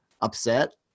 upset